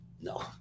No